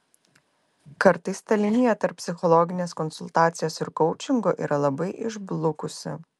kartais ta linija tarp psichologinės konsultacijos ir koučingo yra labai išblukusi